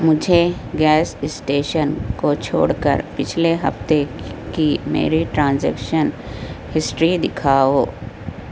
مجھے gas station کو چھوڑ کر پچھلے ہفتے کی میری ٹرانزیکشن ہسٹری دکھاؤ